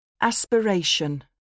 Aspiration